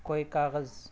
کوئی کاغذ